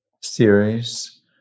series